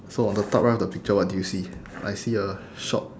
so on the top right of the picture what do you see I see a shop